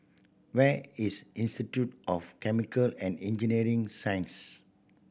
where is Institute of Chemical and Engineering Science